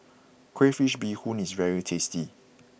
Crayfish Beehoon is very tasty